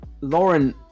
Lauren